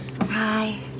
Hi